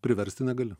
priversti negali